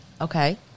Okay